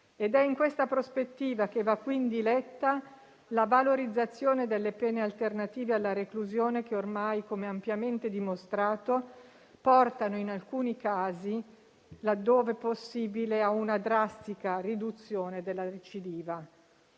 È in questa prospettiva che va, quindi, letta la valorizzazione delle pene alternative alla reclusione che ormai, come ampiamente dimostrato, portano in alcuni casi, laddove possibile, a una drastica riduzione della recidiva.